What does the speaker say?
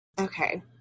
Okay